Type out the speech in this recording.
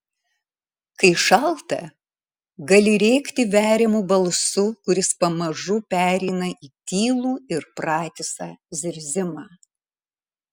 kai šalta gali rėkti veriamu balsu kuris pamažu pereina į tylų ir pratisą zirzimą